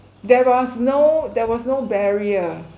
there was no there was no barrier